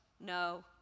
no